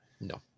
no